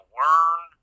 learn